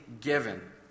given